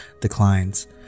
declines